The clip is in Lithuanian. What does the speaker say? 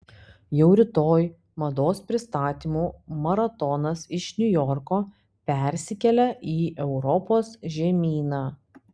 jau rytoj mados pristatymų maratonas iš niujorko persikelia į europos žemyną